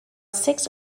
six